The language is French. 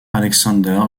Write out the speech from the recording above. alexander